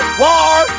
war